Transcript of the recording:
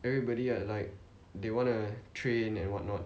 everybody are like they want to train and what not